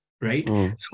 right